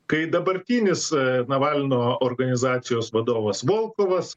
kai dabartinis navalno organizacijos vadovas volkovas